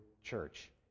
church